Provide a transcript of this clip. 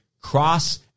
cross